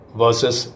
versus